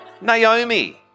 Naomi